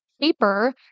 paper